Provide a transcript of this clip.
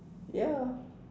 ya